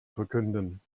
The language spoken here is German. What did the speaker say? verkünden